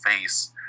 face